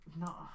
No